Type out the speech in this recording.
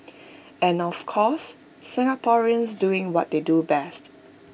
and of course Singaporeans doing what they do best